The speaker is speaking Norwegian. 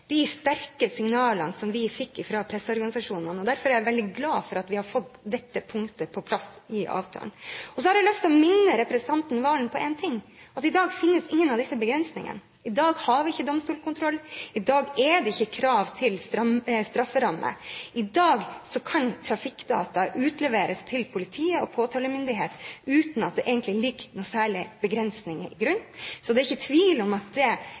de sterke signalene som vi fikk fra presseorganisasjonene. Derfor er jeg veldig glad for at vi har fått dette punktet på plass i avtalen. Så har jeg lyst til å minne representanten Valen om én ting. I dag finnes ingen av disse begrensningene. I dag har vi ikke domstolskontroll. I dag er det ikke krav til strafferamme. I dag kan trafikkdata utleveres til politi og påtalemyndighet uten at det egentlig ligger noen særlige begrensninger til grunn. Så det er ikke tvil om at det